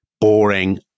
boring